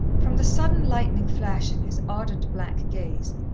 from the sudden lightning flash in his ardent black gaze,